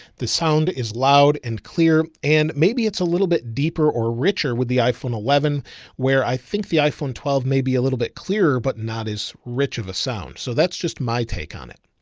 the sound is loud and clear, and maybe it's a little bit deeper or richer with the iphone eleven where i think the iphone twelve may be a little bit clearer, but not as rich of a sound. so that's just my take on it.